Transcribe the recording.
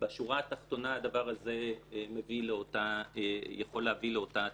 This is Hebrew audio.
בשורה התחתונה הדבר הזה יכול להביא לאותה תוצאה: